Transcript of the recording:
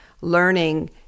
learning